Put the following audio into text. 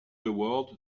award